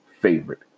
favorite